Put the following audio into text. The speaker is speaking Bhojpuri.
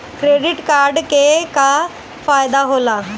क्रेडिट कार्ड के का फायदा होला?